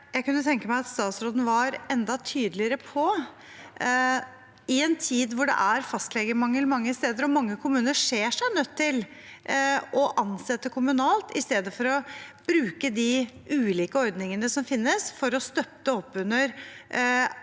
statsråden var enda tydeligere på, i en tid da det er fastlegemangel mange steder og mange kommuner ser seg nødt til å ansette kommunalt i stedet for å bruke de ulike ordningene som finnes for å støtte opp under